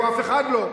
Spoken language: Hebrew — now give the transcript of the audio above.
אף אחד לא,